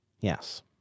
Yes